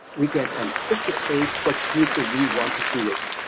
we can anticipate what future we want to create.